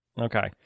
Okay